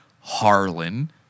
Harlan